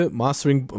mastering